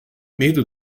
medo